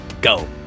go